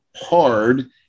hard